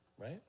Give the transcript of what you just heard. Right